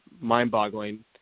mind-boggling